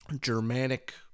Germanic